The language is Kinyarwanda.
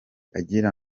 agira